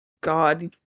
God